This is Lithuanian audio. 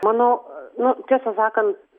manau nu tiesą sakant